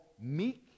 meek